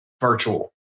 virtual